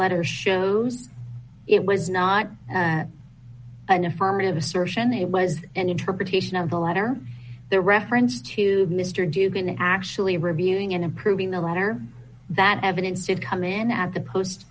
letter shows it was not an affirmative assertion that he was an interpretation of the letter the reference to mister dubin actually reviewing and improving the letter that evidence did come in at the post